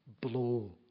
blow